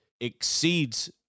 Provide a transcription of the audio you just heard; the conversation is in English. exceeds